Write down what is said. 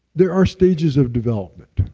there are stages of development,